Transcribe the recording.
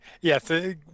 Yes